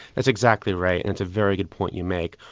that's exactly right and it's a very good point you make.